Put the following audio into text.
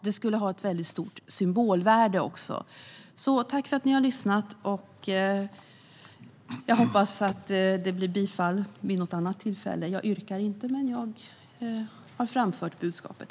Det skulle också ha ett stort symbolvärde. Kunskap i samverkan - för samhällets utma-ningar och stärkt konkurrenskraft Jag hoppas att det blir bifall vid ett annat tillfälle. Jag yrkar inte bifall nu, men jag har framfört budskapet.